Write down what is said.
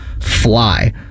fly